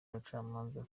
abacamanza